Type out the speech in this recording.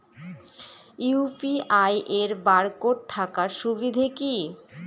UPI এর barcode থাকার সুবিধে কি?